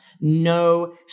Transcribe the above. No